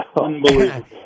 Unbelievable